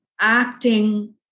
acting